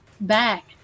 back